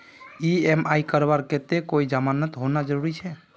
EMI करवार केते कोई जमानत होना जरूरी छे?